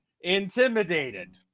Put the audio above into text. intimidated